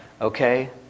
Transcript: okay